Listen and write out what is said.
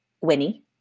Winnie